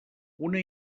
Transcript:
una